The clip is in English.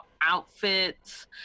outfits